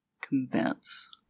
convince